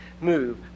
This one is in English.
move